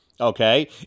okay